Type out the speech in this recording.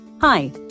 Hi